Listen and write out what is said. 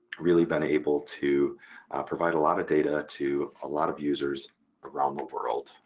really been able to provide a lot of data to a lot of users around the world.